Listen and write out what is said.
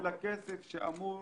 אלא כסף שאמור